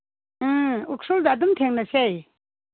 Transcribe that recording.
ꯎꯝ ꯎꯈ꯭ꯔꯨꯜꯗ ꯑꯗꯨꯝ ꯊꯦꯡꯅꯁꯦ